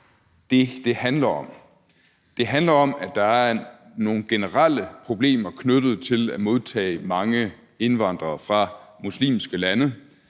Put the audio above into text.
Det handler om, at der er nogle generelle problemer knyttet til at modtage mange indvandrere fra muslimske lande.